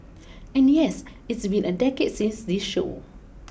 and yes it's been a decade since this show